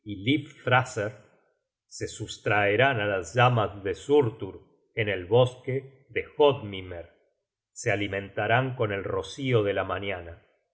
se sustraerán á las llamas de surtur en el bosque de hoddmimer se alimentarán con el rocío de la mañana